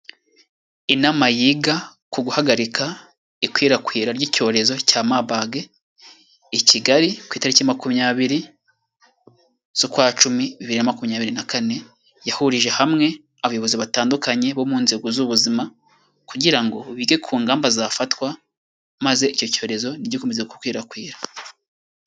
Inama yiga ku guhagarika ikwirakwira ry'icyorezo cya mabagi i kigali ku itariki makumyabiri z'ukwa cumi bibiri na makumyabiri na kane yahurije hamwe abayobozi batandukanye bo mu nzego z'ubuzima kugira ngo bige ku ngamba zafatwa maze icyo cyorezo ntigikomeze gukwirakwira.